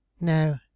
no